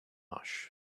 marsh